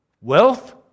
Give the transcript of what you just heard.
Wealth